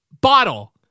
bottle